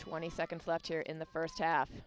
twenty seconds left here in the first half